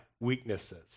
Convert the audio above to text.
weaknesses